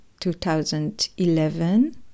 2011